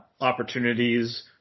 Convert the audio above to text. opportunities